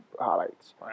highlights